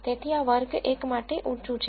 તેથી આ વર્ગ 1 માટે ઉંચું છે